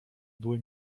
były